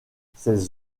ses